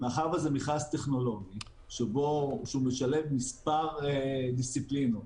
מאחר וזה מכרז טכנולוגי שמשלב מספר דיסציפלינות,